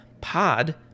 pod